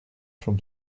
from